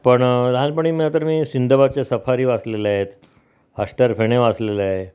पण लहानपणी म्या तर मी सिंधवाच्या सफारी वाचलेले आहेत फास्टर फेणे वाचलेलं आहे